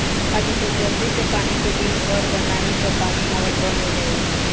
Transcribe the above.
आज तअ जल्दी से पानी के बिल भर दअ नाही तअ पानी आवल बंद हो जाई